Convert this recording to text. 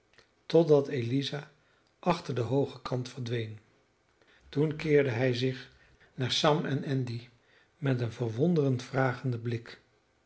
totdat eliza achter den hoogen kant verdween toen keerde hij zich naar sam en andy met een verwonderd vragenden blik